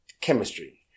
chemistry